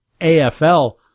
AFL